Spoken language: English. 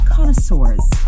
Connoisseurs